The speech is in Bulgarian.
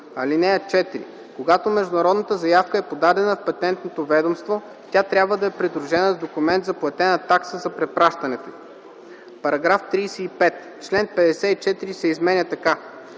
бюро. (4) Когато международната заявка е подадена в Патентното ведомство, тя трябва да е придружена с документ за платена такса за препращането й.” § 35. Член 54 се изменя така: